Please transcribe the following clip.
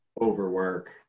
overwork